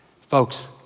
Folks